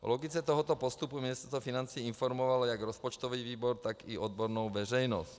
V logice tohoto postupu Ministerstvo financí informovalo jak rozpočtový výbor, tak i odbornou veřejnost.